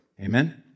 Amen